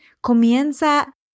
comienza